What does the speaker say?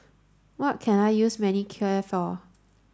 what can I use Manicare for